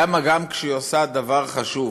למה גם כשהיא עושה דבר חשוב